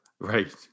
Right